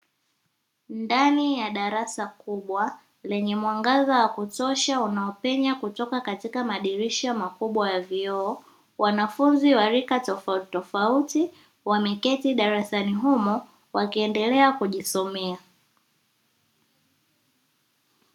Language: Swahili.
Ndani ya darasa kubwa lenye mwangaza wa kutosha unaopenya kutoka katika madirisha makubwa ya vioo, wanafunzi wa rika tofautitofauti wameketi darasani humo wakiendelea kujisomea.